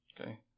Okay